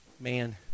man